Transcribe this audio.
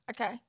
okay